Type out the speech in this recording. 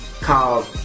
called